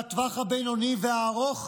בטווח הבינוני והארוך,